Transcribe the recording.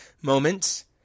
moments